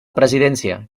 presidència